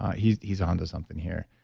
he's he's onto something here.